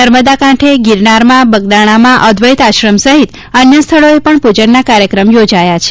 નર્મદા કાંઠે ગીરનારમાં બગદાગ્નામાં અદ્વેત આશ્રમ સહિત અન્ય સ્થળોએ પણ પૂજનના કાર્યક્રમ યોજાયા છે